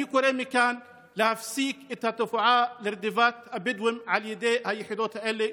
אני קורא מכאן להפסיק את התופעה של רדיפת הבדואים על ידי היחידות האלה.